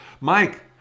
Mike